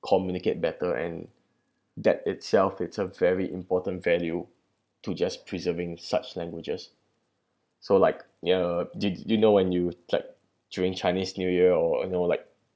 communicate better and that itself it's a very important value to just preserving such languages so like ya~ you you know when you like during chinese new year or you know like